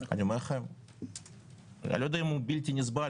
אני לא יודע אם הוא בלתי נסבל,